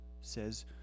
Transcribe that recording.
says